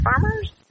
farmers